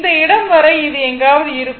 இந்த இடம் வரை இது எங்காவது இருக்கும்